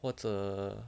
或者